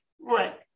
Right